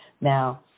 Now